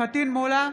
פטין מולא,